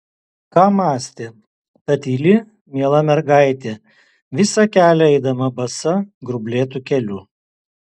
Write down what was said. ką mąstė ta tyli miela mergaitė visą kelią eidama basa grublėtu keliu